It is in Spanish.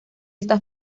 esta